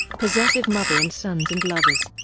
possessive mother in sons and lovers.